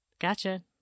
gotcha